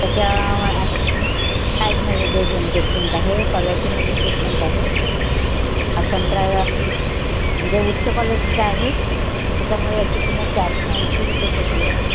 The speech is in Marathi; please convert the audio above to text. त्याच्या साईजमध्ये डि डिफ्रण्ट आहे क्वालिटीमध्ये डिफ्रण्ट आहे हा संत्रा जो उच्च क्वालिटीचा आहे त्याच्यामुळे याची किंमत चारशे ऐंशी रुपये पेटी आहे